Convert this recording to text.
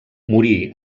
morí